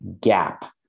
Gap